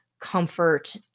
Comfort